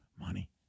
Money